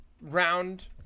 round